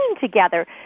together